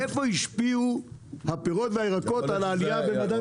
איפה השפיעו הפירות והירקות על העלייה במדד המחירים לצרכן.